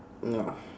ya